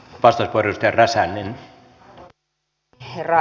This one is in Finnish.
arvoisa herra puhemies